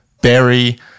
Berry